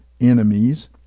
enemies